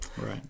Right